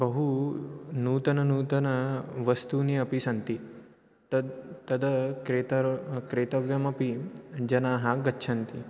बहु नूतननूतनवस्तूनि अपि सन्ति तद् तद् क्रेतारः क्रेतव्यमपि जनाः गच्छन्ति